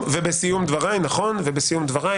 לא הבנתי למה מנהלים דיון על משטר קנדי.